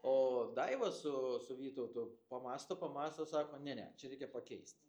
o daiva su su vytautu pamąsto pamąsto sako ne ne čia reikia pakeist